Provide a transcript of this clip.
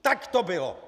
Tak to bylo!!